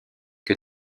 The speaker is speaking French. que